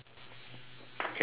K let me check